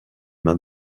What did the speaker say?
mains